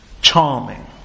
charming